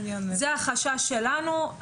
זה החשש שלנו.